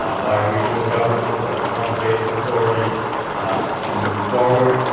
um by regional government and the conservation authority to move forward.